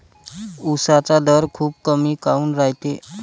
उसाचा दर खूप कमी काऊन रायते?